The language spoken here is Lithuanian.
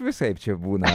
visaip čia būna